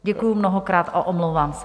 Děkuji mnohokrát a omlouvám se.